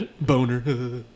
Boner